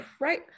right